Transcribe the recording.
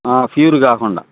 pure కాకుండా